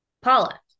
Paula